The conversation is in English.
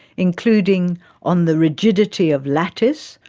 including on the rigidity of lattice,